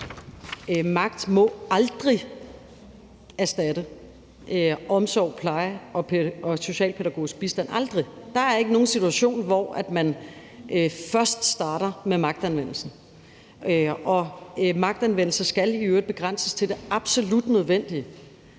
magt aldrig må erstatte omsorg, pleje og socialpædagogisk bistand – aldrig! Der er ikke nogen situation, hvor man starter med magtanvendelse. Magtanvendelse skal i øvrigt begrænses til det absolut nødvendige.